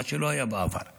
מה שלא היה בעבר,